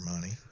money